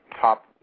top